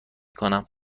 کنم